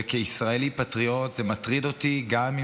וכישראלי פטריוט זה מטריד אותי גם אם